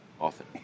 Often